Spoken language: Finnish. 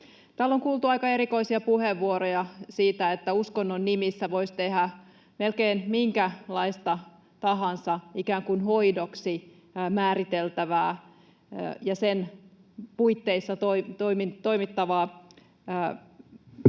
Täällä on kuultu aika erikoisia puheenvuoroja siitä, että uskonnon nimissä voisi tehdä melkein minkälaista tahansa ikään kuin hoidoksi määriteltävää ja sen puitteissa toimivaa vääryyttä